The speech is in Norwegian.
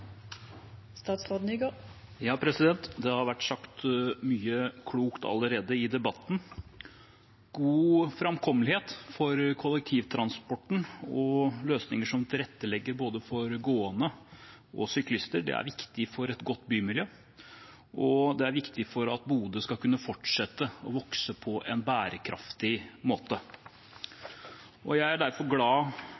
Det har vært sagt mye klokt allerede i debatten. God framkommelighet for kollektivtransporten og løsninger som tilrettelegger både for gående og syklister, er viktig for et godt bymiljø, og det er viktig for at Bodø skal kunne fortsette å vokse på en bærekraftig måte.